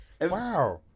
wow